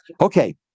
Okay